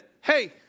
Hey